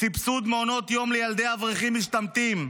סבסוד מעונות יום לילדי אברכים משתמטים,